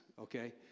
okay